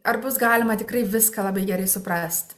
ar bus galima tikrai viską labai gerai suprast